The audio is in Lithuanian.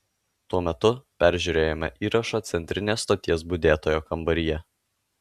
tuo metu peržiūrėjome įrašą centrinės stoties budėtojo kambaryje